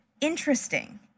Interesting